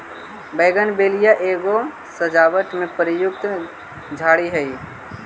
bougainvillea एगो सजावट में प्रयुक्त झाड़ी हई